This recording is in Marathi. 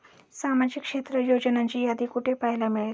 सामाजिक क्षेत्र योजनांची यादी कुठे पाहायला मिळेल?